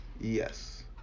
Yes